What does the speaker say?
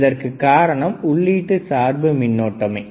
இதற்கு காரணம் உள்ளீட்டு சார்பு மின்னோட்டமே